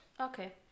Okay